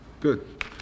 Good